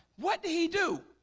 what did he do?